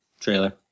trailer